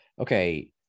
Okay